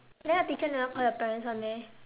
then your teacher never call your parents [one] meh